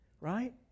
Right